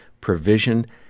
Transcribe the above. Provision